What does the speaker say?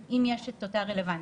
אם יש את אותה רלוונטיות.